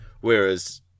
whereas